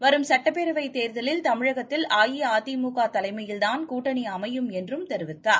வரும் சட்டப்பேரவைத் தேர்தலில் தமிழகத்தில் அஇஅதிமுக தலைமையில்தான் கூட்டணி அமையும் என்றும் தெரிவித்தார்